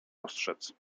ostrzec